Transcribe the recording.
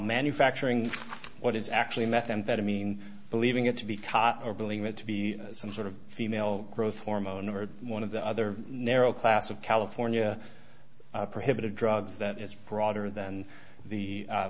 manufacturing what is actually methamphetamine believing it to be caught or believe it to be some sort of female growth hormone or one of the other narrow class of california perhaps of drugs that is broader than the